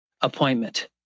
appointment